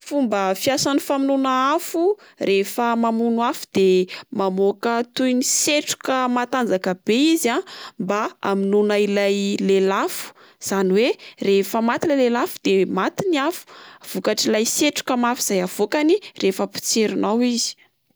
Ny fomba fiasan'ny famonoana afo rehefa mamono afo de mamoka toy ny setroka matanjaka be izy a mba hamonoana ilay lelafo izany oe rehefa maty ilay lelafo de maty ny afo, vokatry ny setroka mafy izay avokany rehefa potserinao izy.